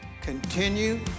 continue